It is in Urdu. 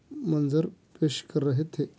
منظر پیش کر رہے تھے